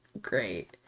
great